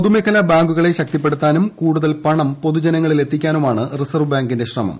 പൊതുമേഖലാ ബാങ്കുകളെ ശക്തിപ്പെടുത്താനും കൂടുതൽ പണം പൊതുജനങ്ങളിലെത്തി ക്കാനുമാണ് റിസർവ്വ് ബാങ്കിന്റെ ശ്രമം